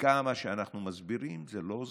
וכמה שאנחנו מסבירים זה לא עוזר,